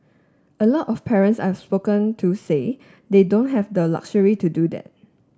a lot of parents I've spoken to say they don't have the luxury to do that